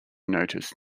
notice